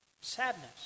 sadness